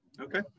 Okay